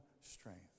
strength